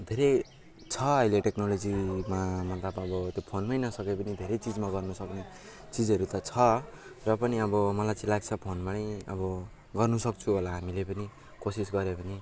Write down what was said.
धेरै छ अहिले टेक्नोलोजीमा मतलब अब त्यो फोनमै नसके पनि धेरै चिजमा गर्नुसक्ने चिजहरू त छ र पनि अब मलाई चाहिँ लाग्छ फोनबाटै अब गर्नसक्छौँ होला हामीले पनि कोसिस गऱ्यौँ भने